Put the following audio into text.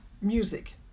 music